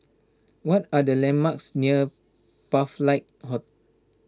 what are the landmarks near Pathlight